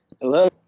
Hello